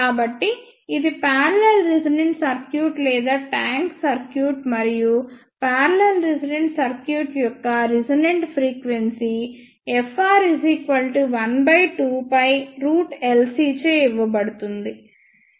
కాబట్టి ఇది parallel resonant circuit లేదా ట్యాంక్ సర్క్యూట్ మరియు పార్లల్ రెసోనెంట్ సర్క్యూట్ యొక్క రెసోనెంట్ ఫ్రీక్వెన్సీ fr12πLC చే ఇవ్వబడుతుంది